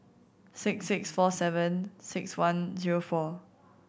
six six four seven six one zero four